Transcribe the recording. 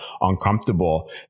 uncomfortable